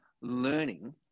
learning